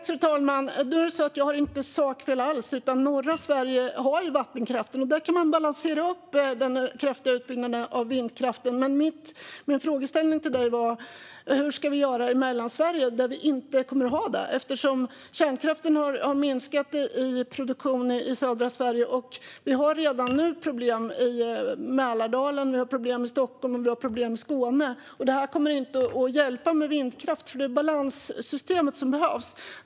Fru talman! Det var inte några sakfel alls. Norra Sverige har ju vattenkraften, och där kan man balansera upp den kraftiga utbyggnaden av vindkraften. Men min fråga till dig var hur vi ska göra i Mellansverige, eftersom kärnkraften i södra Sverige har minskat i produktion. Vi har redan nu problem i Mälardalen, i Stockholm och i Skåne. Där kommer det inte att hjälpa med vindkraft, för det är ett balanssystem som behövs.